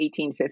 1850